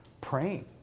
praying